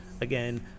again